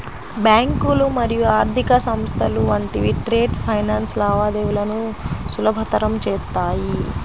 బ్యాంకులు మరియు ఆర్థిక సంస్థలు వంటివి ట్రేడ్ ఫైనాన్స్ లావాదేవీలను సులభతరం చేత్తాయి